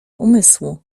umysłu